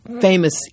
famous